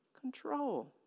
control